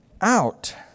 out